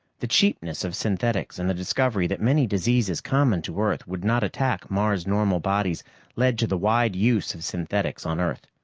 the cheapness of synthetics and the discovery that many diseases common to earth would not attack mars-normal bodies led to the wide use of synthetics on earth.